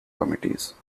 committees